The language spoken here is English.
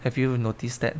have you noticed that